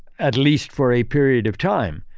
at least for a period of time.